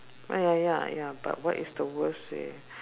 ah ya ya ya but what is the worst way